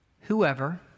Whoever